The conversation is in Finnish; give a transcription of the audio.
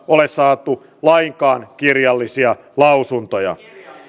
ole saatu lainkaan kirjallisia lausuntoja